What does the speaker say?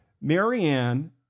Marianne